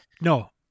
No